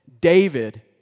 David